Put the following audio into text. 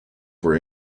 were